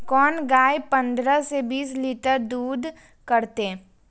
कोन गाय पंद्रह से बीस लीटर दूध करते?